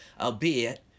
albeit